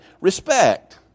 respect